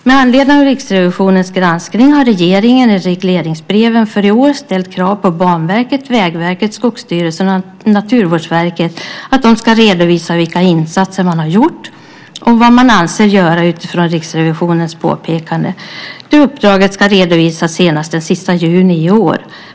Med anledning av Riksrevisionens granskning har regeringen i regleringsbreven för i år ställt krav på att Banverket, Vägverket, Skogsstyrelsen och Naturvårdsverket ska redovisa vilka insatser som de hittills har gjort och vad de avser att göra utifrån Riksrevisionens påpekanden. Det uppdraget ska redovisas senast den 30 juni i år.